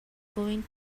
going